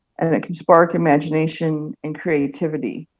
and it can spark imagination and creativity.